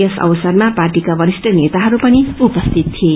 यस अवसरमा पार्टीका वरिष्ठ नेताहरू पनि उपसिति यिए